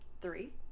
three